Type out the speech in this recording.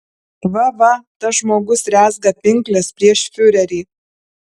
va va tas žmogus rezga pinkles prieš fiurerį